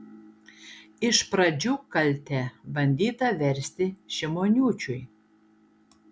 iš pradžių kaltę bandyta versti šimoniūčiui